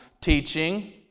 teaching